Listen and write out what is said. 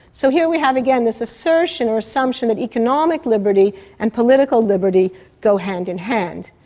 so here we have again this assertion or assumption that economic liberty and political liberty go hand in hand.